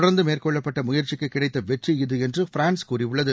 தொடர்ந்து மேற்கொள்ளப்பட்ட முயற்சிக்கு கிடைத்த வெற்றி இது என்று பிரான்ஸ் கூறியுள்ளது